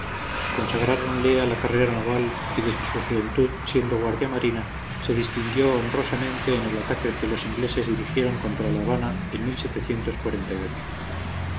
consagráronle a la carrera naval y desde su juventud siendo guardia marina se distinguió honrosamente en el ataque que los ingleses dirigieron contra la habana en